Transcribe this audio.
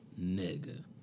Nigga